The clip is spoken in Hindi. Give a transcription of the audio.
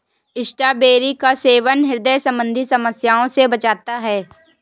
स्ट्रॉबेरी का सेवन ह्रदय संबंधी समस्या से बचाता है